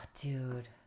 dude